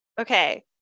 okay